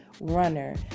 runner